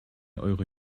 eure